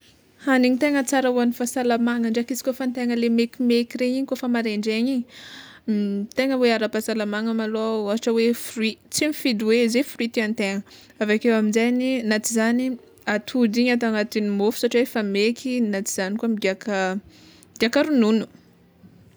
Hagniny tegna tsara hoan'ny fahasalamagna ndraiky izy kôfa antegna le mekimeky re igny kôfa maraindraigny igny, tegna hoe ara-pahasalamagna malôha ôhatra hoe fruit, tsy mifidy hoe ze fruit tiantegna, aveke aminjegny na tsy zany atody igny atao agnatin'ny mofo satria efa meky na zany koa migiaka migiaka ronono.